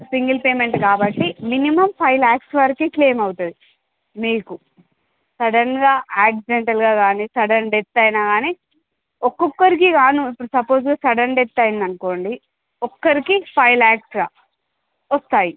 single payment కాబట్టి minimum five lakhs వరకు claim అవుతుంది మీకు సడన్గా ఆక్సిడెంటల్గా కానీ సడన్ డెత్ అయిన కానీ ఒక్కొక్కరికి కాను ఇప్పుడు ఫర్ సపోజు సడన్ డెత్ అయింది అనుకోండి ఒక్కరికి ఫైవ్ ల్యాక్స్ వస్తాయి